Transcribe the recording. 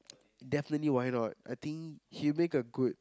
definitely why not I think he'll make a good